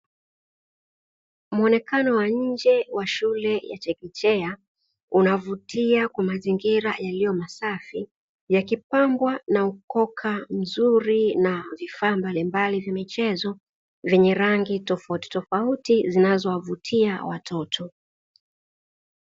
Muonekano wa nje wa shule ya chekechea, unaovutia kwa mazingira yaliyo masafi. Yakipambwa kwa uzuri na ukoka na vifaa mbalimbali vya michezo vinavyo wavutia watoto.